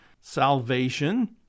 salvation